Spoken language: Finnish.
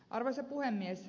arvoisa puhemies